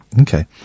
okay